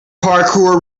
parkour